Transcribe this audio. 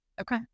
okay